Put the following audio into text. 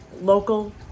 local